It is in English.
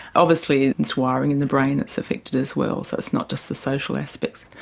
obviously it's wiring in the brain that's affected as well so it's not just the social aspects.